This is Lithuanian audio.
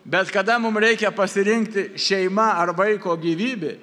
bet kada mum reikia pasirinkti šeima ar vaiko gyvybė